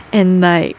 and like